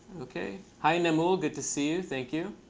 ok. hi, nimble. good to see you. thank you.